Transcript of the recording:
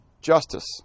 Justice